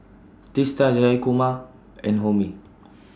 Teesta Jayakumar and Homi